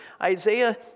Isaiah